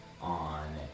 on